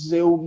eu